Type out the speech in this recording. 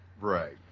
Right